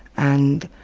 and